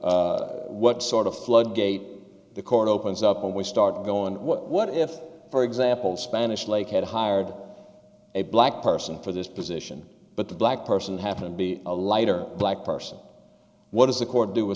what sort of a floodgate the court opens up when we start going what if for example spanish lake had hired a black person for this position but the black person happen to be a lighter black person what does the court do